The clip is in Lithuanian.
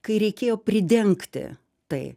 kai reikėjo pridengti tai